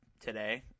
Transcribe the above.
today